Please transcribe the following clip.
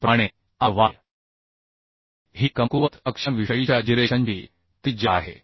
त्याचप्रमाणे Ry ही कमकुवत अक्षांविषयीच्या जिरेशनची त्रिज्या आहे